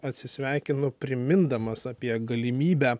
atsisveikinu primindamas apie galimybę